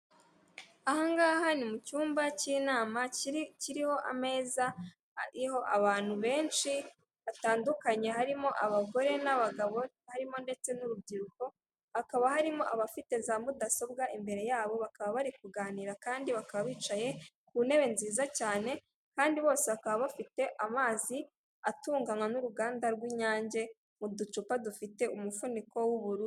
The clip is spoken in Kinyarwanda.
Aha ngaha ni mu cyumba cy'inama kiriho ameza ariho abantu benshi batandukanye harimo abagore n'abagabo harimo ndetse n'urubyiruko, hakaba harimo abafite za mudasobwa imbere yabo, bakaba bari kuganira kandi bakaba bicaye ku ntebe nziza cyane, kandi bose bakaba bafite amazi atunganywa n'uruganda rw'Inyange mu ducupa dufite umufuniko w'ubururu.